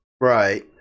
Right